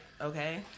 Okay